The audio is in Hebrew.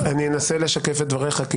אני אנסה לשקף את דבריך,